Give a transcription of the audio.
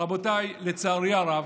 רבותיי, לצערי הרב,